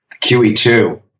QE2